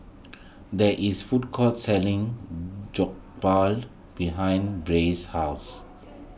there is food court selling Jokbal behind Ray's house